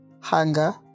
hunger